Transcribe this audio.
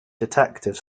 detective